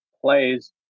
plays